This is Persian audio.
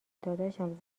داداشم